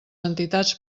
entitats